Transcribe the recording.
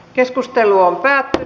keskustelu päättyi